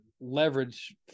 leverage